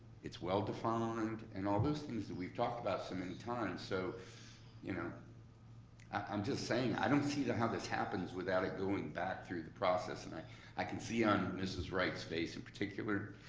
it's well defined, and all those things that we've talked about so many times. so you know i'm just saying, i don't see how this happens without it going back through the process, and i i can see on mrs. wright's face in particular,